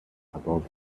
about